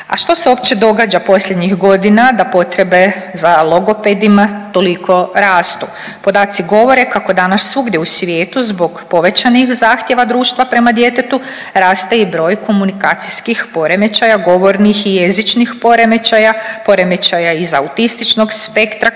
A što se uopće događa posljednjih godina da potrebe za logopedima toliko rastu? Podaci govore kako danas svugdje u svijetu zbog povećanih zahtjeva društva prema djetetu raste i broj komunikacijskih poremećaja, govornih i jezičnih poremećaja, poremećaja iz autističnog spektra,